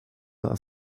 are